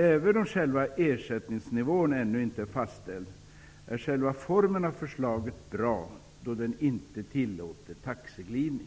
Även om själva ersättningsnivån ännu inte är fastställd, är själva formen för ersättningen bra: ingen taxeglidning tillåts,